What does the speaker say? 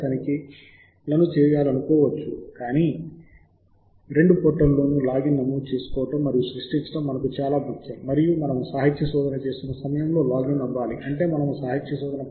శోధన ఫారం మీ కోసం అందుబాటులో ఉన్నందున ఇప్పుడు మీరు శోధించడానికి సిద్ధంగా ఉన్నారు మీరు శోధించడం ప్రారంభించడానికి ముందు మీరు నమోదు చేసుకొని లాగిన్ అవ్వాలి అని నేను సలహా ఇస్తున్నాను